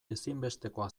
ezinbestekoa